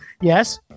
Yes